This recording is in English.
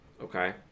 okay